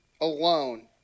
alone